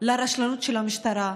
על הרשלנות של המשטרה,